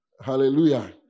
Hallelujah